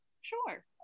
sure